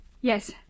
Yes